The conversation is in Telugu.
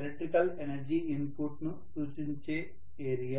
ఎలక్ట్రికల్ ఎనర్జీ ఇన్పుట్ ను సూచించే ఏరియా